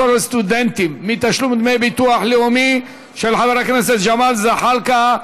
פטור לסטודנטים מתשלום דמי ביטוח לאומי) של חבר הכנסת ג'מאל זחאלקה,